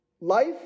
life